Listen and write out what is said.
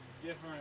different